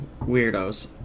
weirdos